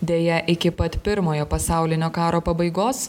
deja iki pat pirmojo pasaulinio karo pabaigos